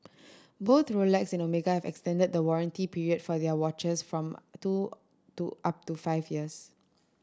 both Rolex and Omega have extended the warranty period for their watches from two to up to five years